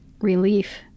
relief